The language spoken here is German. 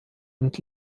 und